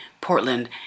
Portland